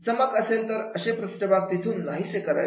चमक असेल तर असे पृष्ठभाग तिथून नाहीसे करावेत